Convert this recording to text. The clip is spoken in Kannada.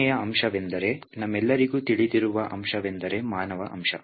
ಮೂರನೆಯ ಅಂಶವೆಂದರೆ ನಮಗೆಲ್ಲರಿಗೂ ತಿಳಿದಿರುವ ಅಂಶವೆಂದರೆ ಮಾನವ ಅಂಶ